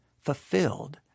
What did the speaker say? fulfilled